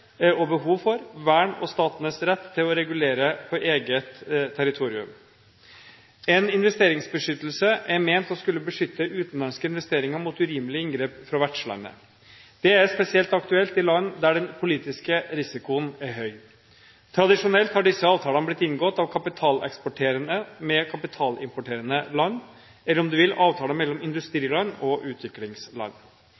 og behov for, vern og statenes rett til å regulere på eget territorium. En investeringsbeskyttelsesavtale er ment å skulle beskytte utenlandske investeringer mot urimelige inngrep fra vertslandet. Det er spesielt aktuelt i land der den politiske risikoen er høy. Tradisjonelt har disse avtalene blitt inngått mellom kapitaleksporterende og kapitalimporterende land, eller om du vil, avtaler mellom